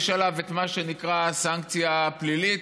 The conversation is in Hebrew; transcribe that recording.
יש עליו את מה שנקרא סנקציה פלילית,